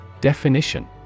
Definition